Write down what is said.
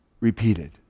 repeated